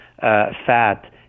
fat